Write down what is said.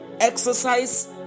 exercise